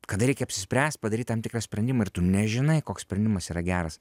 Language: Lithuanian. kada reikia apsispręst padaryt tam tikrą sprendimą ir tu nežinai koks sprendimas yra geras